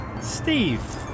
Steve